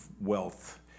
wealth